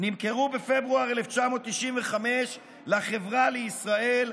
נמכרו בפברואר 1995 לחברה לישראל,